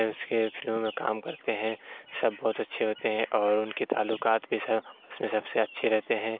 اس کے فلموں میں کام کرتے ہیں سب بہت اچھے ہوتے ہیں اور ان کے تعلکات بھی سب اس میں سب سے اچھے رہتے ہیں